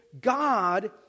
God